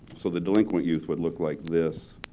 so the delinquent youth would look like this.